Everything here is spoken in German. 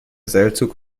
seilzug